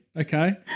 okay